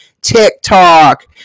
TikTok